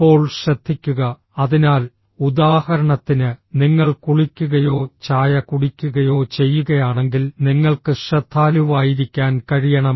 അപ്പോൾ ശ്രദ്ധിക്കുക അതിനാൽ ഉദാഹരണത്തിന് നിങ്ങൾ കുളിക്കുകയോ ചായ കുടിക്കുകയോ ചെയ്യുകയാണെങ്കിൽ നിങ്ങൾക്ക് ശ്രദ്ധാലുവായിരിക്കാൻ കഴിയണം